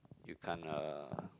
you can't uh